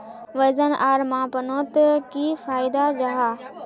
वजन आर मापनोत की फायदा जाहा?